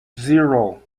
zero